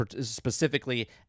specifically